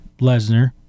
Lesnar